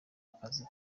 akazi